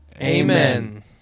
Amen